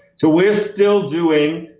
so we're still doing